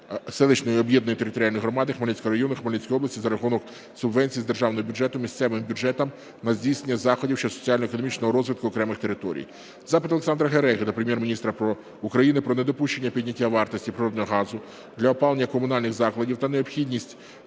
селищної об'єднаної територіальної громади Хмельницького району Хмельницької області за рахунок субвенції з державного бюджету місцевим бюджетам на здійснення заходів щодо соціально-економічного розвитку окремих територій. Запит Олександра Гереги до Прем'єр-міністра України про недопущення підняття вартості природного газу для опалення комунальних закладів та необхідність